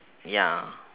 ya